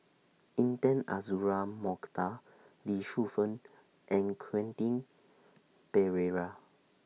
Intan Azura Mokhtar Lee Shu Fen and Quentin Pereira